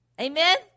Amen